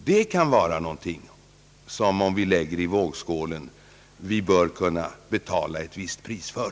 Det kan vara någonting som vi, om vi lägger det i vågskålen, finner att vi bör betala ett visst pris för.